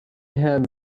had